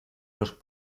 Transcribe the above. los